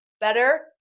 better